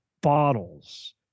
bottles